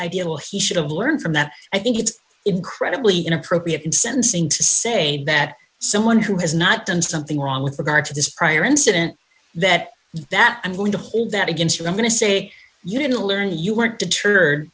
ideal he should have learned from that i think it's incredibly inappropriate in sentencing to say that someone who has not done something wrong with regard to this prior incident that that i'm going to hold that against you i'm going to say you didn't learn you weren't deterred